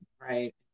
right